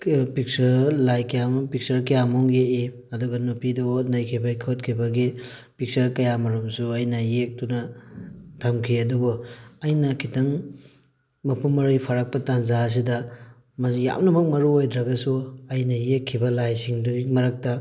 picture ꯂꯥꯏ ꯀꯌꯥꯃꯔꯨꯝ picture ꯀꯌꯥꯃꯔꯨꯝ ꯌꯦꯛꯏ ꯑꯗꯨꯒ ꯅꯨꯄꯤꯗ ꯑꯣꯠ ꯅꯩꯒꯤꯕꯩ ꯈꯣꯠꯈꯤꯕꯒꯤ ꯄꯤꯛꯆꯔ ꯀꯌꯥꯃꯔꯨꯝꯁꯨ ꯑꯩꯅ ꯌꯦꯛꯇꯨꯅ ꯊꯝꯈꯤ ꯑꯗꯨꯕꯨ ꯑꯩꯅ ꯈꯤꯇꯪ ꯃꯄꯨꯡ ꯃꯔꯩ ꯐꯥꯔꯛꯄ ꯇꯥꯟꯖꯥ ꯑꯁꯤꯗ ꯃꯗꯨ ꯌꯥꯝꯅꯃꯛ ꯃꯔꯨ ꯑꯣꯏꯗ꯭ꯔꯒꯁꯨ ꯑꯩꯅ ꯌꯦꯛꯈꯤꯕ ꯂꯥꯏꯁꯤꯡꯗꯨꯒꯤ ꯃꯔꯛꯇ